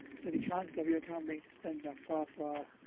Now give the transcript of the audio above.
so the chances of your account being suspended are far, far.